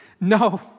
No